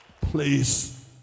Please